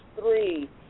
three